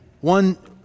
One